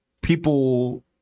people